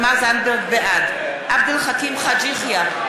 בעד עבד אל חכים חאג' יחיא,